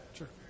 Sure